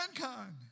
mankind